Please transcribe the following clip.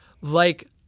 Like-